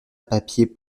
papier